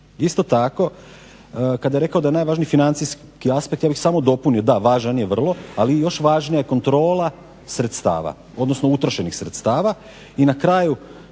Isto tako kada je rekao da je najvažniji financijski aspekt ja bih samo dopunio da važan je vrlo, ali je još važnija kontrola sredstava, odnosno utrošenih sredstava.